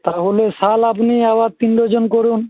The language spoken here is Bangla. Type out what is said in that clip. তাহলে শাল আপনি আবার তিন ডজন করুন